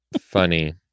Funny